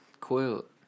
Quilt